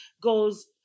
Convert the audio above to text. goes